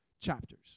chapters